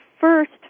first